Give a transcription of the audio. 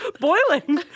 Boiling